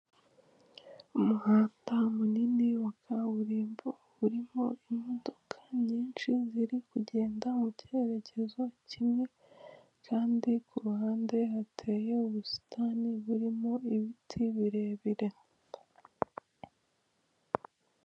Umuhanda munini wa kaburimbo urimo imodoka nyinshi ziri kugenda mu cyerekezo kimwe, kandi ku ruhande hateye ubusitani burimo ibiti birebire.